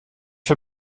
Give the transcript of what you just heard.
für